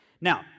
Now